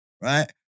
Right